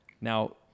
Now